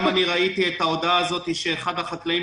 גם אני ראיתי את ההודעה הזאת שאחד החקלאים